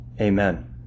Amen